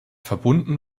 verbunden